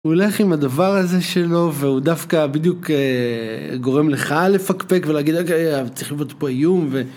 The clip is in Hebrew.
הולך עם הדבר הזה שלו והוא דווקא בדיוק, אהה, גורם לך לפקפק ולהגיד לך: רגע, רגע, רגע, צריך להיות פה איום ו